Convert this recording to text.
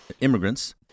immigrants